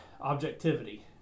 objectivity